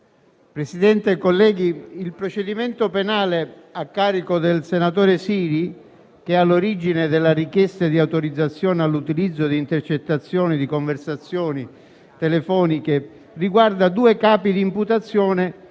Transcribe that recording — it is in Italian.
Presidente, il procedimento penale a carico del senatore Siri, che è all'origine della richiesta di autorizzazione all'utilizzo di intercettazioni di conversazioni telefoniche, riguarda due capi di imputazione